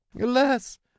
Alas